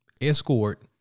escort